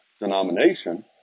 denomination